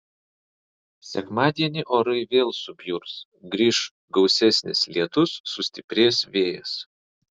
sekmadienį orai vėl subjurs grįš gausesnis lietus sustiprės vėjas